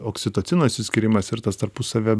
oksitocino išsiskyrimas ir tas tarpusavio